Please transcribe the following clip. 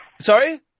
Sorry